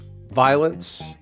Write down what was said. Violence